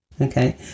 okay